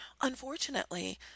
unfortunately